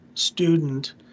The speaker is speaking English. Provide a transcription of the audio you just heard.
student